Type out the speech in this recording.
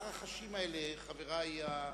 אני אומר: